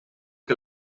que